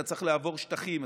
אתה צריך לעבור שטחים.